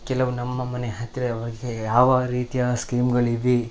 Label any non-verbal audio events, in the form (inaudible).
ಕೆಲವು ನಮ್ಮ ಮನೆ ಹತ್ತಿರ (unintelligible) ಯಾವ ರೀತಿಯ ಸ್ಕೀಮ್ಗಳಿವೆ